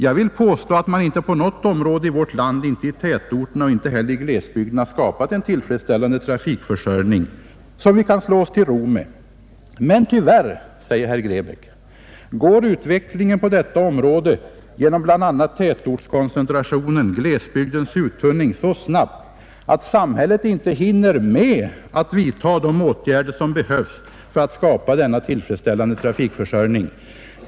——— Jag vill påstå att man inte på något område i vårt land, inte i tätorterna och inte heller i glesbygderna, skapat en tillfredsställande trafikförsörjning som vi kan slå oss till ro med i dag, utan att det här gäller att undan för undan försöka hinna med utvecklingen. Tyvärr går utvecklingen på detta område genom bland annat tätortskoncentrationen, glesbygdens uttunning, så snabbt att samhället inte hinner med att vidtaga de åtgärder som behövs för att skapa denna tillfredsställande trafikförsörjning.